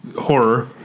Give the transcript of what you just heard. horror